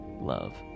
love